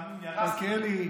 תאמין לי,